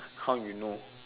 how you know